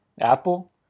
Apple